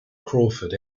crawford